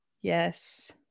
Yes